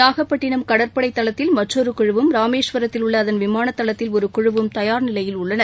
நாகப்பட்டினம் கடற்படை தளத்தில் மற்றொரு குழுவும் ராமேஸ்வரத்தில் உள்ள அதன் விமான தளத்தில் ஒரு குழுவும் தயார் நிலையில் உள்ளன